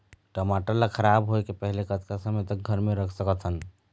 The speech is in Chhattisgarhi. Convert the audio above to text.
टमाटर ला खराब होय के पहले कतका समय तक घर मे रख सकत हन?